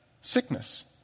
sickness